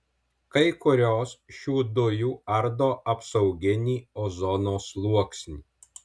kai kurios šių dujų ardo apsauginį ozono sluoksnį